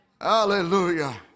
Hallelujah